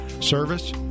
Service